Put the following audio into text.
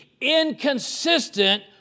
inconsistent